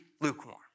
lukewarm